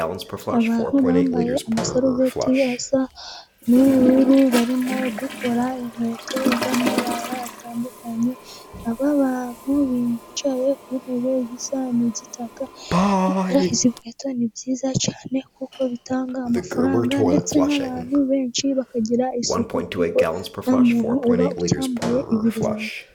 Abantu bambaye amasarubeti asa n'ubururu barimo gukora inkweto zamabara atandukanye, aba bantu bicaye ku ntebe zisa n'igitaka, gukora izi nkweto ni byiza cyane kuko bitanga amafaranga ndetse n'abantu benshi bakagira isuku kuko nta muntu uba ucyambaye ibirenge.